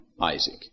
Isaac